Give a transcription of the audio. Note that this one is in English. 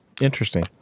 interesting